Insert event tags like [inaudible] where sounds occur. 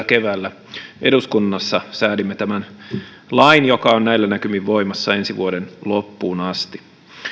[unintelligible] keväällä täällä eduskunnassa säädimme tämän lain joka on näillä näkymin voimassa ensi vuoden loppuun asti